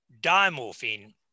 diamorphine